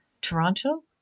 Toronto